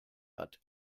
hat